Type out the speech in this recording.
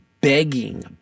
begging